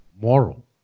moral